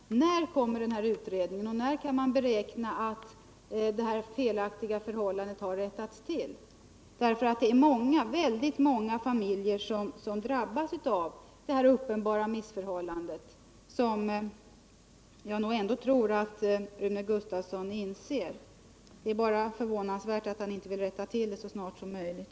Herr talman! I så fall vill jag fråga: När kommer den utredningen, och när kan man beräkna att det här felaktiga förhållandet har rättats till? Det är väldigt många familjer som drabbas av det här uppenbara missförhållandet, som jag ändå tror att Rune Gustavsson inser. Det är bara förvånansvärt att han inte vill rätta till det så snart som möjligt.